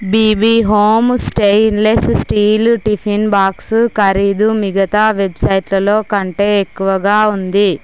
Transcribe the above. BB home stainless steel tiffin box ఖరీదు మిగతా వెబ్సైట్లలో కంటే ఎక్కువగా ఉంది